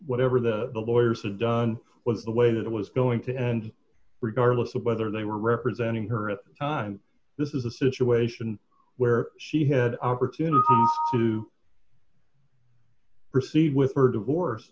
whatever the lawyers had done was the way that it was going to end regardless of whether they were representing her at the time this is a situation where she had an opportunity to proceed with her divorce